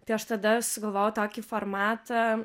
tai aš tada sugalvojau tokį formatą